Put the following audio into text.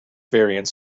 variants